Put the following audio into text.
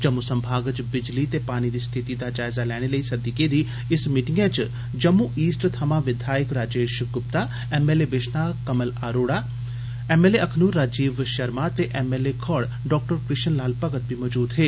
जम्मू संभाग च बिजली ते पानी दी स्थिति दा जायजा लैने लेई सद्दी गेदी इस मीटिंगै च जम्मू ईस्ट थमां विघायक Rajesh Gupta M L A Bishnah Kamal Arora M L A Akhnoor Rajiv Sharma ते एम एल ए खौड़ डॉ कृष्ण लाल भगत बी मजूद हे